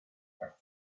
are